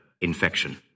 infection